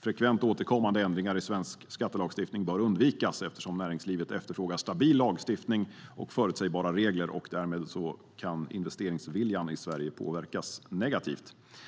frekvent återkommande ändringar i svensk skattelagstiftning bör undvikas, eftersom näringslivet efterfrågar stabil lagstiftning och förutsägbara regler och investeringsviljan i Sverige därmed kan påverkas negativt.